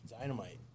Dynamite